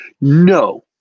No